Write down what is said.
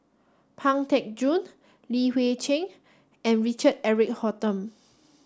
Pang Teck Joon Li Hui Cheng and Richard Eric Holttum